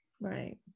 Right